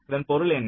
இதன் பொருள் என்ன